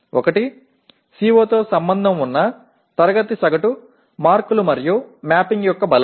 ఒకటి CO తో సంబంధం ఉన్న తరగతి సగటు మార్కులు మరియు మ్యాపింగ్ యొక్క బలం